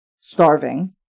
starving